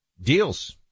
deals